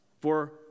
for